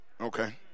okay